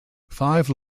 five